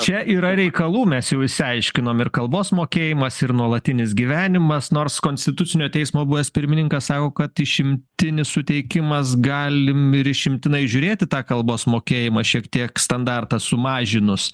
čia yra reikalų mes jau išsiaiškinom ir kalbos mokėjimas ir nuolatinis gyvenimas nors konstitucinio teismo buvęs pirmininkas sako kad išimtinis suteikimas galim ir išimtinai žiūrėti tą kalbos mokėjimą šiek tiek standartą sumažinus